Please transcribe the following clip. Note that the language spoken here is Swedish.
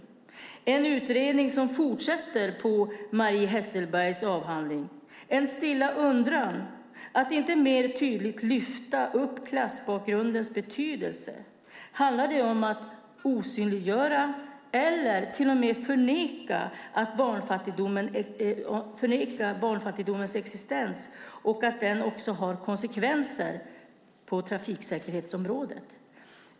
Det skulle vara en utredning som fortsätter på Marie Hasselbergs avhandling. Jag har en stilla undran: När man inte tydligare lyfter upp klassbakgrundens betydelse - handlar det om att osynliggöra eller till och med förneka barnfattigdomens existens och att den också har konsekvenser på trafiksäkerhetsområdet?